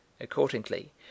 Accordingly